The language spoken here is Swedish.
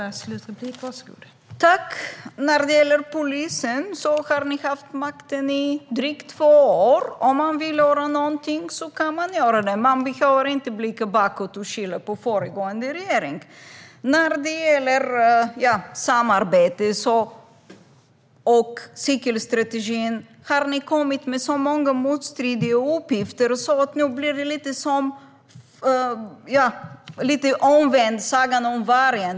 Fru talman! Vad gäller polisen har ni haft makten i drygt två år. Om man vill göra någonting så kan man göra det. Man behöver inte blicka bakåt och skylla på föregående regering. Det talas om samarbete, men när det gäller cykelstrategin har ni kommit med många motstridiga uppgifter. Det blir nästan som en omvänd Peter och vargen .